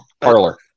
Parlor